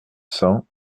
cents